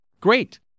great